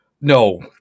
No